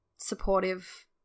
supportive